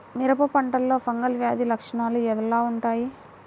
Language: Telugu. మిరప పంటలో ఫంగల్ వ్యాధి లక్షణాలు ఎలా వుంటాయి?